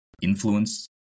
influence